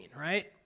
right